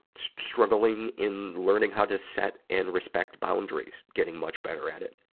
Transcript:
struggling in learning how to set and respect boundaries getting much better at it.